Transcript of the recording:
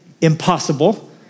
impossible